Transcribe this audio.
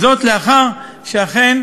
לאחר שאכן